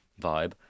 vibe